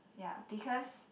ya because